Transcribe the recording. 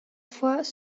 fois